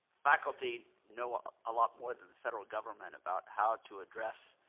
faculty know a ah lot more than the federal government about how to address